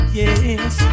yes